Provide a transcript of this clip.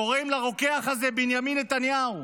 קוראים לרוקח הזה בנימין נתניהו.